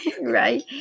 right